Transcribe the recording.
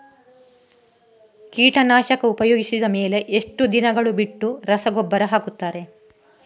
ಕೀಟನಾಶಕ ಉಪಯೋಗಿಸಿದ ಮೇಲೆ ಎಷ್ಟು ದಿನಗಳು ಬಿಟ್ಟು ರಸಗೊಬ್ಬರ ಹಾಕುತ್ತಾರೆ?